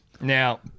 now